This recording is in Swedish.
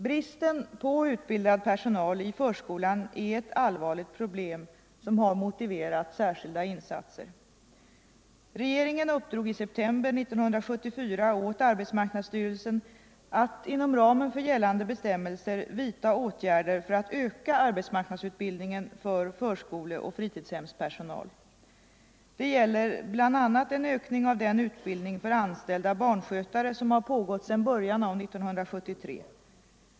Bristen på utbildad personal i förskolan är ett allvarligt problem som har motiverat särskilda insatser. Regeringen uppdrog i september 1974 åt arbetsmarknadsstyrelsen att inom ramen för gällande bestämmelser vidta åtgärder för att öka arbetsmarknadsutbildningen för förskoleoch fritidshemspersonal. Det gäller bl.a. en ökning av den utbildning för anställda barnskötare som har pågått sedan början av 1973.